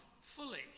fully